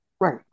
right